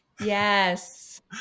Yes